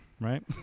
Right